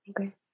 Okay